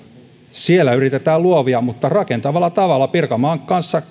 siellä yritetään luovia rakentavalla tavalla pirkanmaan kanssa